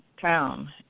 town